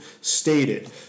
stated